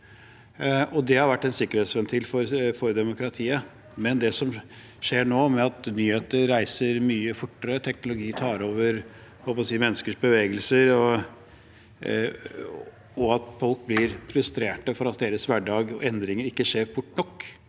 det har vært en sikkerhetsventil for demokratiet. Det som skjer nå, er at nyheter reiser mye fortere, teknologi tar over menneskers bevegelser, og folk blir frustrerte fordi endringer i deres hverdag ikke skjer fort nok,